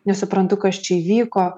nesuprantu kas čia įvyko